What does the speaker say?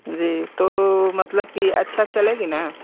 जी तो मतलब की अच्छा चलेगा ना